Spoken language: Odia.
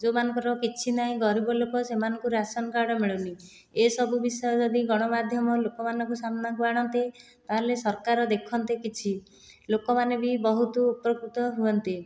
ଯେଉଁମାନଙ୍କର କିଛି ନାହିଁ ଗରିବ ଲୋକ ସେମାନଙ୍କୁ ରାସନ କାର୍ଡ଼ ମିଳୁନି ଏସବୁ ବିଷୟ ଯଦି ଗଣମାଧ୍ୟମ ଲୋକମାନଙ୍କ ସାମ୍ନାକୁ ଆଣନ୍ତି ତା'ହେଲେ ସରକାର ଦେଖନ୍ତେ କିଛି ଲୋକମାନେ ବି ବହୁତ ଉପକୃତ ହୁଅନ୍ତେ